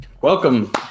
Welcome